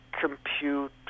compute